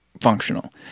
functional